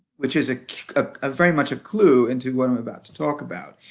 which is ah ah very much a clue into what i'm about to talk about.